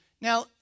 Now